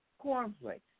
Cornflakes